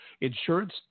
Insurance